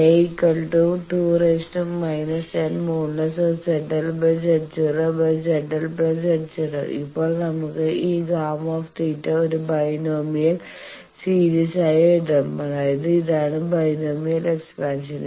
|Γ |2N|A| A2 N|ZL Z0| ഇപ്പോൾ നമുക്ക് ഈ Γ θ ഒരു ബൈനോമിയൽ സീരീസ് ആയി എഴുതാം അതായത് ഇതാണ് ബൈനോമിയൽ എക്സ്പാൻഷൻ